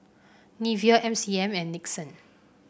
Nivea M C M and Nixon